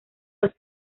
los